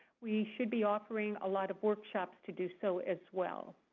we should be offering a lot of workshops to do so as well.